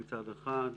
מצד אחד,